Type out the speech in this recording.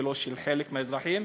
ולא של חלק מהאזרחים,